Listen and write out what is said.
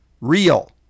real